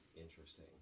interesting